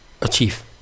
achieve